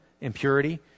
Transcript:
impurity